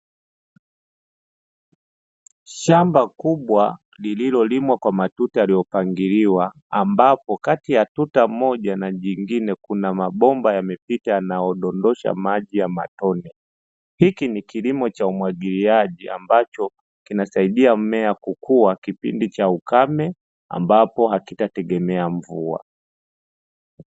Shamba kubwa lililolimwa kwa matuta yaliyopangiliwa ambapo kati ya tuta moja na jingine kuna mabomba yamepita yanadondosha maji ya matone. hiki ni kilimo cha umwagiliaji ambacho kinasaidia mmea kukua kipindi cha ukame ambapo hakitategemea mvua.